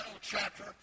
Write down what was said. chapter